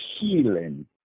healing